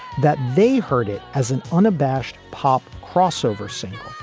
that they heard it as an unabashed pop crossover single,